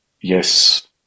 yes